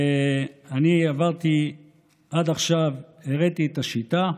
אני עברתי ועד עכשיו הראיתי את השיטה.